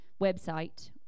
website